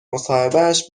مصاحبهش